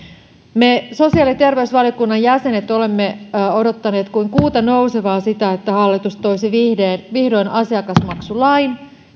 me sosiaali ja terveysvaliokunnan jäsenet olemme odottaneet kuin kuuta nousevaa sitä että hallitus toisi vihdoin asiakasmaksulain